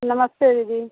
नमस्ते दीदी